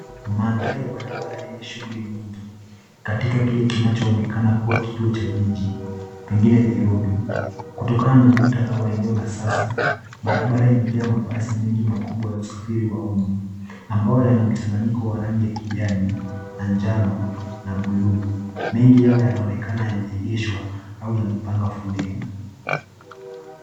Mandhari ya barabara enye shuguli nyingi katika kile kinachoonekana kuwa kituo cha jiji pengine Nairobi. Kutokana na muktadha wa eneo la sasa barabara imejaa mabasi mengi makubwa ya usafiri wa umma ambao yana mchangnyiko wa rangi ya kijani na njano na buluu. Mengi yao yanaonekana yameegeshwa au yamepanga foleni.